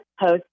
post